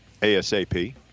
ASAP